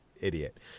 idiot